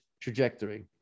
trajectory